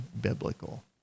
biblical